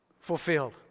fulfilled